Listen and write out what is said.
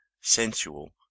sensual